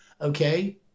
okay